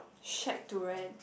shack to rent